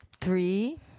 three